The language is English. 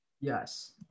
Yes